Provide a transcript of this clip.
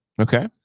Okay